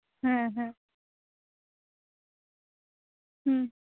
ᱦᱮᱸ ᱦᱮᱸ ᱦᱩᱸ